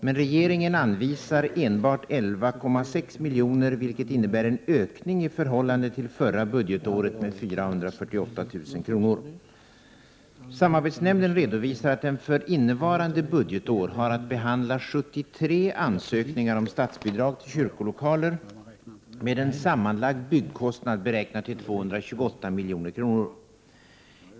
Men regeringen anvisar enbart 11,6 milj.kr., vilket innebär en ökning förhållande till förra budgetåret med 448 000 kr. Samarbetsnämnden redovisar att den för innevarande budgetår har att behandla 73 ansökningar om statsbidrag till kyrkolokaler med en sammanlagd byggkostnad beräknad till 228 milj.kr.